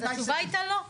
אז התשובה הייתה לא.